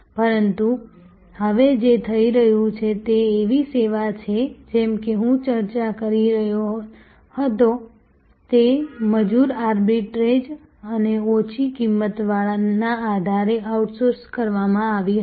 પરંતુ હવે જે થઈ રહ્યું છે તે એવી સેવા છે જેમ કે હું ચર્ચા કરી રહ્યો હતો તે મજૂર આર્બિટ્રેજ અને ઓછી કિંમતના આધારે આઉટસોર્સ કરવામાં આવી હતી